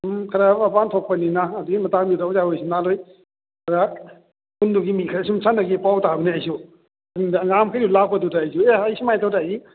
ꯑꯗꯨꯝ ꯈꯔ ꯃꯄꯥꯟ ꯊꯣꯛꯄꯅꯤꯅ ꯑꯗꯨꯏ ꯃꯇꯥꯡꯗꯨꯗ ꯑꯣꯖꯥ ꯍꯣꯏ ꯍꯤꯃꯥꯂꯣꯏ ꯈꯔ ꯌꯨꯝꯗꯨꯒꯤ ꯃꯤ ꯈꯔ ꯁꯨꯝ ꯆꯠꯅꯈꯤ ꯄꯥꯎ ꯇꯥꯕꯅꯦ ꯑꯩꯁꯨ ꯌꯨꯝꯗ ꯑꯉꯥꯡꯃꯈꯩ ꯂꯥꯛꯄꯗꯨꯗ ꯑꯩꯁꯨ ꯑꯦ ꯑꯩ ꯁꯨꯃꯥꯏꯅ ꯇꯧꯗꯧꯔꯤ